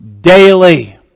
daily